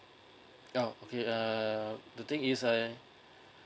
oh okay uh the thing is uh